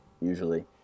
usually